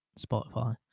Spotify